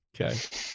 Okay